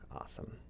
Awesome